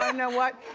um know what?